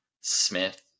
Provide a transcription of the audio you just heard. Smith